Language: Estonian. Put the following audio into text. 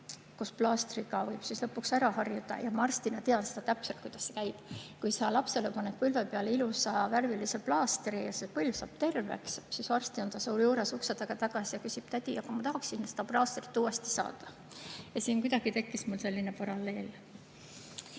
kus plaastriga harjutakse lõpuks ära. Ma arstina tean täpselt, kuidas see käib. Kui sa lapsele paned põlve peale ilusa värvilise plaastri ja põlv saab terveks, siis varsti on ta su juures ukse taga tagasi ja küsib: "Tädi, aga ma tahaksin seda plaastrit uuesti saada." Mul kuidagi tekkis selline paralleel.